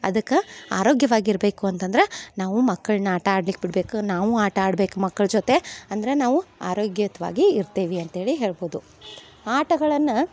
ಅದಕ್ಕೆ ಆರೋಗ್ಯವಾಗಿರಬೇಕು ಅಂತಂದ್ರೆ ನಾವು ಮಕ್ಕಳ್ನ ಆಟ ಆಡ್ಲಿಕ್ಕೆ ಬಿಡ್ಬೇಕು ನಾವೂ ಆಟ ಆಡ್ಬೇಕು ಮಕ್ಕಳ ಜೊತೆ ಅಂದರೆ ನಾವು ಆರೋಗ್ಯಯುತವಾಗಿ ಇರ್ತೇವೆ ಅಂತ ಹೇಳಿ ಹೇಳ್ಬೋದು ಆಟಗಳನ್ನು